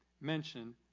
mention